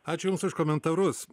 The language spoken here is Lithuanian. ačiū jums už komentarus